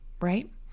Right